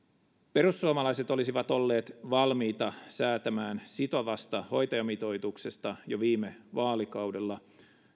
perussuomalaiset olisivat olleet valmiita säätämään sitovasta hoitajamitoituksesta jo viime vaalikaudella